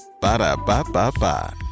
Ba-da-ba-ba-ba